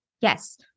Yes